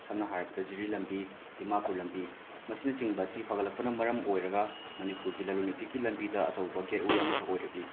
ꯁꯝꯅ ꯍꯥꯏꯔꯕꯗ ꯖꯤꯔꯤ ꯂꯝꯕꯤ ꯗꯤꯃꯥꯄꯨꯔ ꯂꯝꯕꯤ ꯃꯁꯤꯅꯆꯤꯡꯕꯁꯤ ꯐꯒꯠꯂꯛꯄꯅ ꯃꯔꯝ ꯑꯣꯏꯔꯒ ꯃꯅꯤꯄꯨꯔꯒꯤ ꯂꯂꯣꯟ ꯏꯇꯤꯛꯀꯤ ꯂꯝꯕꯤꯗ ꯑꯆꯧꯕ ꯒꯦꯠꯋꯦ ꯑꯃꯈꯛ ꯑꯣꯏꯔꯛꯂꯤ